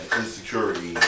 insecurity